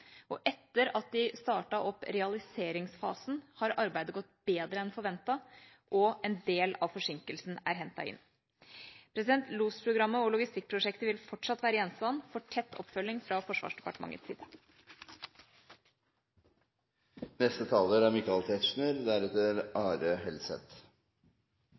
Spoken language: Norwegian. Etter at de startet opp realiseringsfasen, har arbeidet gått bedre enn forventet, og en del av forsinkelsen er hentet inn. LOS-programmet og logistikkprosjektet vil fortsatt være gjenstand for tett oppfølging fra Forsvarsdepartementets